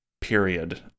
period